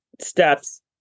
steps